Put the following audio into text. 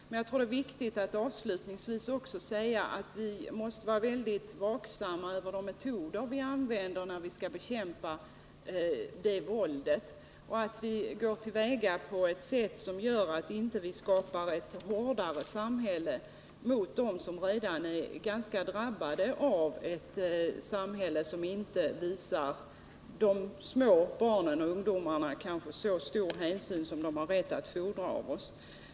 Men vi måste också vara väldigt vaksamma när det gäller de metoder vi använder för att bekämpa våldet och gå till väga på ett sådant sätt att vi inte gör det svårare för dem som redan är ganska hårt drabbade av ett samhälle som kanske inte visar barn och ungdomar så stor hänsyn som de har rätt att fordra av oss.